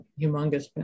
humongous